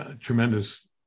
tremendous